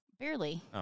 Barely